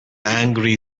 angry